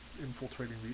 infiltrating